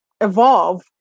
evolve